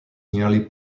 nearly